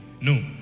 No